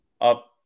up